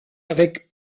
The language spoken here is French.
avec